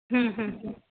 हूं हूं हूं